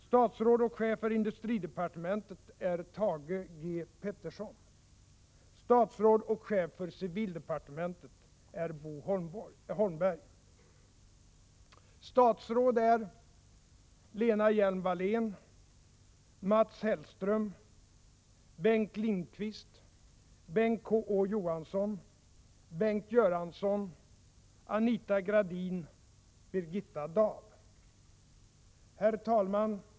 Statsråd och chef för industridepartementet är Thage G. Peterson. Herr talman!